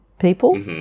people